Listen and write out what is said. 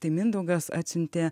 tai mindaugas atsiuntė